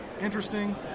interesting